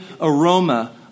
aroma